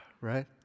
Right